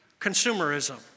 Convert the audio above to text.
consumerism